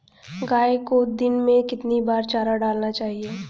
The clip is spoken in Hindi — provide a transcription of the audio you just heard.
गाय को दिन में कितनी बार चारा डालना चाहिए?